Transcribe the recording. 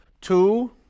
Two